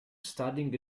studying